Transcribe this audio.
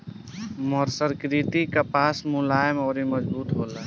मर्सरीकृत कपास मुलायम अउर मजबूत होला